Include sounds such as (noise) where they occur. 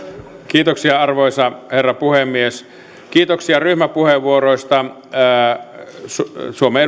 kiitoksia arvoisa herra puhemies kiitoksia ryhmäpuheenvuoroista suomen (unintelligible)